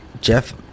Jeff